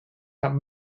out